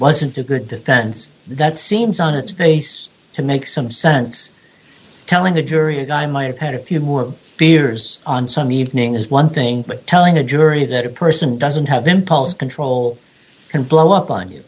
wasn't a good defense that seems on its face to make some sense telling the jury a guy might have had a few more beers on some evening is one thing but telling a jury that a person doesn't have impulse control can blow up on you